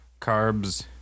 carbs